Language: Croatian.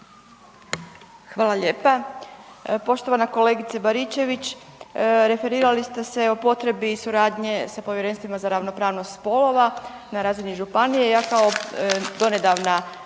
Hvala lijepa. Poštovana kolegice Baričević referirali ste se i potrebi suradnje sa povjerenstvima za ravnopravnost spolova na razini županije, ja kao donedavna